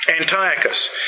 Antiochus